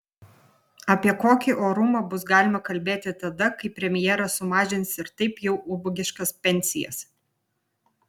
apie kokį orumą bus galima kalbėti tada kai premjeras sumažins ir taip jau ubagiškas pensijas